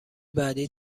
بعدی